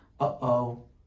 Uh-oh